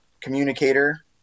communicator